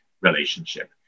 relationship